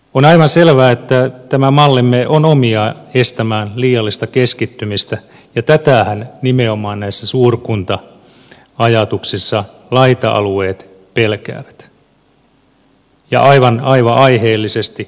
on aivan selvää että tämä mallimme on omiaan estämään liiallista keskittymistä ja tätähän nimenomaan näissä suurkunta ajatuksissa laita alueet pelkäävät ja aivan aiheellisesti